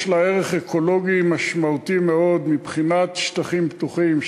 יש לה ערך אקולוגי משמעותי מאוד מבחינת שטחים פתוחים,